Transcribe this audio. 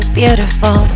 beautiful